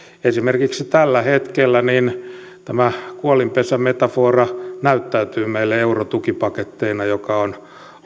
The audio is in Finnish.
esimerkiksi tällä hetkellä tämä kuolinpesämetafora näyttäytyy meille eurotukipaketteina mikä on